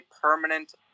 permanent